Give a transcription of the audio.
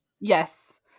yes